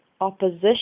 opposition